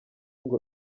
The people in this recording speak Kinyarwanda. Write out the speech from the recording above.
ngo